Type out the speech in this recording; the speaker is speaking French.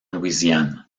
louisiane